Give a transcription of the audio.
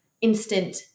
instant